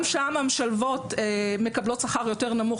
גם שם המשלבות מקבלות שכר יותר נמוך